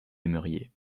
aimeriez